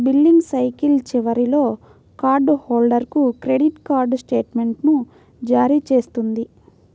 billing cycle చివరిలో card హోల్డర్కు credit card స్టేట్మెంట్ను జారీ చేస్తుంది